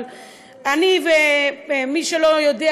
אבל מי שלא יודע,